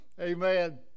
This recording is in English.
Amen